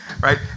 right